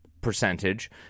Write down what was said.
percentage